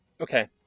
Okay